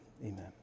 amen